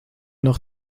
noch